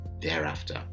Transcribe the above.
thereafter